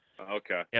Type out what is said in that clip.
Okay